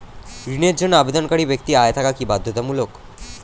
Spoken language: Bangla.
ঋণের জন্য আবেদনকারী ব্যক্তি আয় থাকা কি বাধ্যতামূলক?